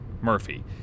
Murphy